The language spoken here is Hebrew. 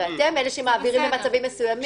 אתם אלה שמעבירים במצבים מסוימים.